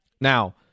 Now